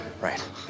Right